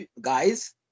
guys